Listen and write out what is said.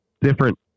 different